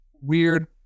weird